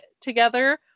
together